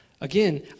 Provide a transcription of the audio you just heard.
Again